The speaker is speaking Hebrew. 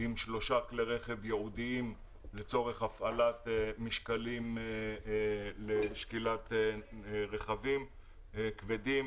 עם 3 כלי רכב ייעודים לצורך הפעלת משקלים לשקילת רכבים כבדים,